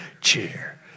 cheer